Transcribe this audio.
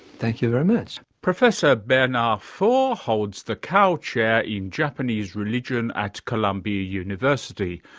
thank you very much. professor bernard faure holds the kao chair in japanese religion at columbia university,